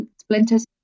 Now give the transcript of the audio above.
splinters